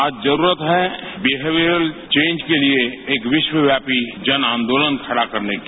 आज जरूरत है विहेवियर चेंजके लिए एक विश्व व्यापी आंदोलन खड़ा करने की